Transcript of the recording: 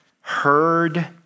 heard